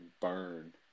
burn